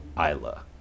Isla